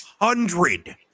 hundred